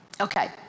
Okay